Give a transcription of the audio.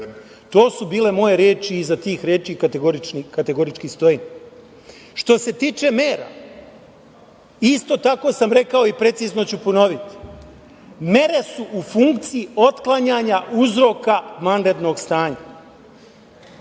To su bile moje reči i iza tih reči kategorički stojim. Što se tiče mera, isto tako sam rekao i precizno ću ponoviti, mere su u funkciji otklanjanja uzroka vanrednog stanja.